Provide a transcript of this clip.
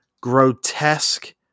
grotesque